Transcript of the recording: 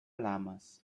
lamas